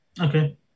Okay